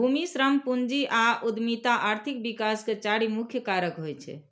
भूमि, श्रम, पूंजी आ उद्यमिता आर्थिक विकास के चारि मुख्य कारक होइ छै